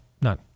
None